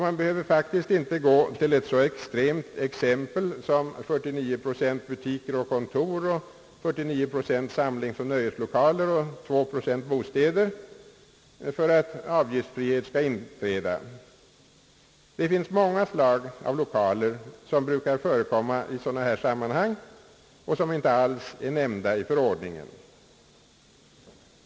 Man behöver faktiskt inte gå till ett så extremt exempel som 49 procent butiker och kontor, 49 procent samlingsoch nöjeslokaler samt 2 procent bostäder för att avgiftsfrihet skall inträda. Det finns många slag av lokaler, som brukar förekomma i dylika sammanhang och som inte alls är nämnda i förordningen.